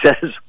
says